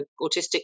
autistic